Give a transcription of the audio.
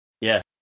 Yes